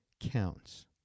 counts